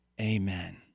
Amen